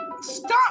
Stop